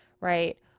Right